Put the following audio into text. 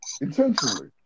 Intentionally